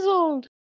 old